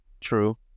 true